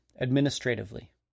administratively